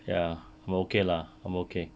ya 我 okay lah I'm okay